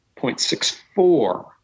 0.64